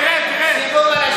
תרד, תרד.